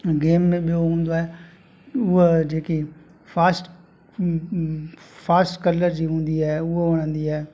game में ॿियो हूंदो आहे उहा जेकी फ़ास्ट फ़ास्ट कलर जी हूंदी आहे उहा वणंदी आहे